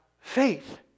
faith